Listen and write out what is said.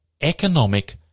economic